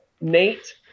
Nate